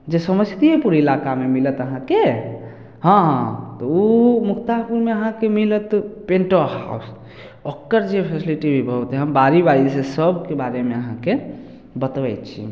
जे समसतीयेपुर इलाकामे मिलत अहाँके हँ हँ तऽ ओ मुक्तापुरमे अहाँके मिलत पेंटो हाउस ओकर जे फैसलिटी बहुत हइ हम बारी बारी से सबके बारेमे अहाँके बतबै छी